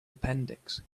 appendix